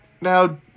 Now